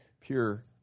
pure